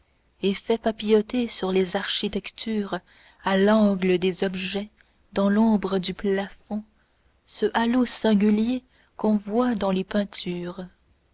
et fait papilloter sur les architectures a l'angle des objets dans l'ombre du plafond ce halo singulier qu'ont voit dans les peintures